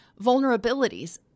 vulnerabilities